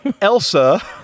Elsa